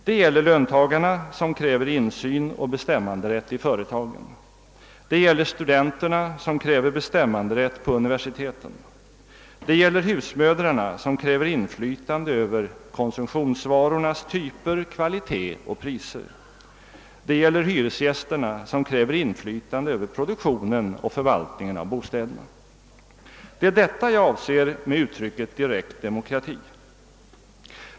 Det gäller löntagarna som kräver insyn och bestämmanderätt i företagen, studenterna som kräver bestämmanderätt på universiteten, husmödrarna som kräver inflytande över konsumtionsvarornas typer, kvalitet och priser, hyresgästerna som kräver inflytande över produktionen och förvaltningen av bostäderna. Det är detta jag avser med uttrycket direkt demokrati.